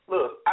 Look